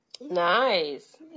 Nice